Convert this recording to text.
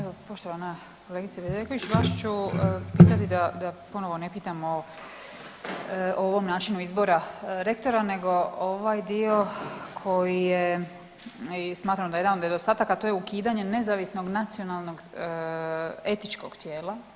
Evo poštovana kolegice Bedeković vas ću pitati da ponovo ne pitamo o ovom načinu izbora rektora nego ovaj dio koji je i smatramo da je jedan od nedostataka, to je ukidanje nezavisnog nacionalnog etičkog tijela.